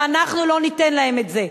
ואנחנו לא ניתן להם את זה.